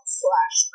slash